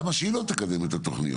למה שהיא לא תקדם את התוכניות?